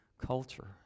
culture